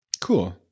cool